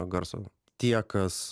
garso tie kas